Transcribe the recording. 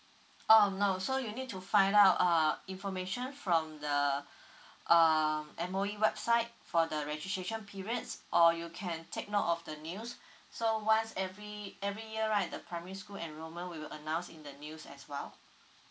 oh no so you need to find out uh information from the um M_O_E website for the registration periods or you can take note of the news so once every every year right the primary school enrolment will announce in the news as well